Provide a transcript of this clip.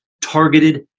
targeted